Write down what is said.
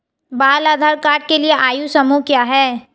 बाल आधार कार्ड के लिए आयु समूह क्या है?